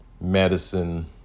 medicine